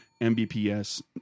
Mbps